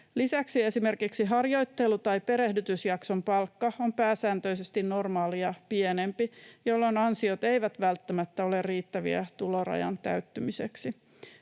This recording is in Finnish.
Lisäksi esimerkiksi harjoittelu- tai perehdytysjakson palkka on pääsääntöisesti normaalia pienempi, jolloin ansiot eivät välttämättä ole riittäviä tulorajan täyttymiseksi.